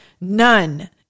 none